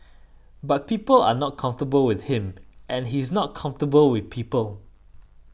but people are not comfortable with him and he's not comfortable with people